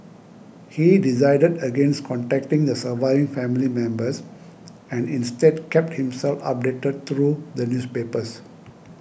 he decided against contacting the surviving family members and instead kept himself updated through the newspapers